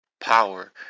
power